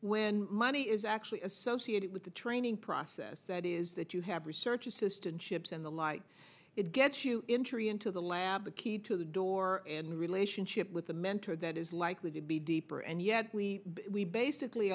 when money is actually associated with the training process that is that you have research assistant chips and the like it gets you in tree into the lab the key to the door and the relationship with the mentor that is likely to be deeper and yet we basically